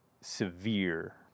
severe